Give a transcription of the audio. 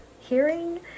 hearing